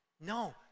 No